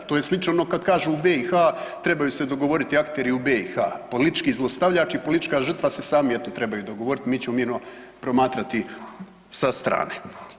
To je slično ono kad kažu u BiH trebaju se dogovoriti akteri u BiH, politički zlostavljač i politička žrtva eto sami se trebaju govoriti, mi ćemo mirno promatrati sa strane.